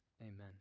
Amen